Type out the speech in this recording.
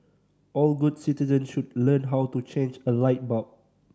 all good citizen should learn how to change a light bulb